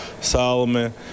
Solomon